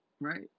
right